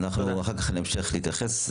אנחנו אחר כך נמשיך להתייחס,